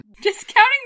Discounting